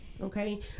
okay